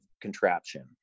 contraption